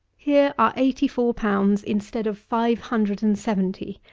here are eighty four pounds instead of five hundred and seventy,